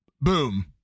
boom